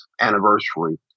anniversary